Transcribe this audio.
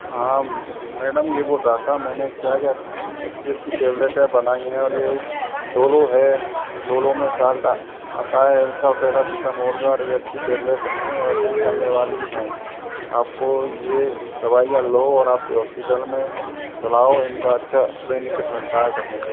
हाँ मैडम ये बोल रहा था मैंने क्या अच्छी अच्छी टेबलेटें बनाई हैं और ये डोलो है लोलो में सोल्ट आता है इसका पेरासिटामोल का और अच्छी टेबलेट हैं और अच्छी चलने वाली हैं आप को ये दवाइयाँ लो और आपके हॉस्पिटल में चलाओ इनका अच्छा बेनिफिट मिलता है सब में